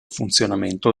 funzionamento